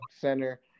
center